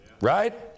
Right